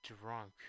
drunk